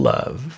Love